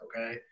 okay